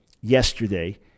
yesterday